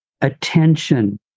attention